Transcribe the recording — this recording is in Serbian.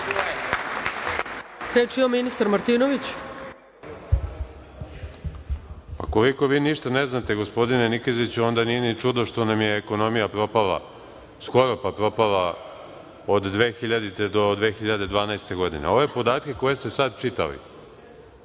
**Aleksandar Martinović** Koliko vi ništa ne znate, gospodine Nikeziću, onda nije ni čudo što nam je ekonomija propala, skoro pa propala, od 2000. do 2012. godine. Ove podatke koje ste sad čitali,